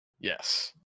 Yes